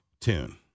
tune